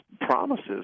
promises